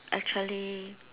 actually